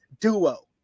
duo